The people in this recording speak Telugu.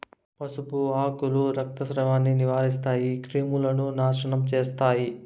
పసుపు ఆకులు రక్తస్రావాన్ని నివారిస్తాయి, క్రిములను నాశనం చేస్తాయి